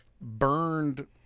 burned